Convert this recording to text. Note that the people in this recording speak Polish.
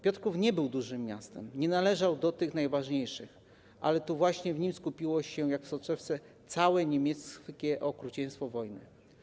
Piotrków nie był dużym miastem, nie należał do tych najważniejszych, ale to właśnie w nim skupiło się jak w soczewce całe niemieckie okrucieństwo wojny.